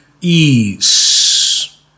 ease